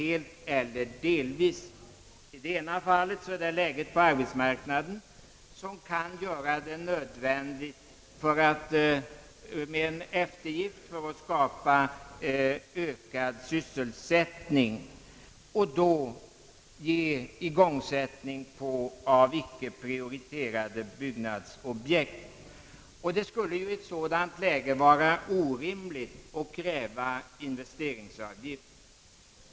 I det ena fallet är det läget på arbetsmarknaden som kan nödvändiggöra en eftergift i syfte att skapa ökad sysselsättning genom igångsättning av icke prioriterade byggnadsobjekt. Det skulle i ett sådant läge vara orimligt att kräva investeringsavgift.